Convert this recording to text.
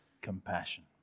compassion